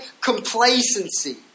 complacency